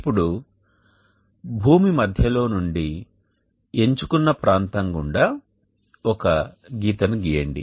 ఇప్పుడు భూమి మధ్యలో నుండి ఎంచుకున్న ప్రాంతం గుండా ఒక గీతను గీయండి